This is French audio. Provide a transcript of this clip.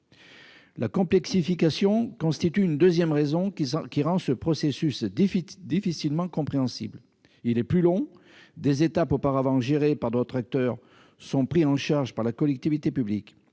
La complexification constitue une deuxième raison qui rend ce processus difficilement compréhensible : il est plus long, des étapes auparavant gérées par d'autres acteurs sont désormais prises en charge par la collectivité publique